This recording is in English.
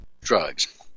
drugs